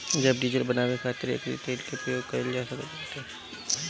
जैव डीजल बानवे खातिर एकरी तेल के प्रयोग कइल जा सकत बाटे